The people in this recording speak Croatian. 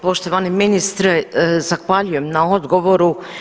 Poštovani ministre zahvaljujem na odgovoru.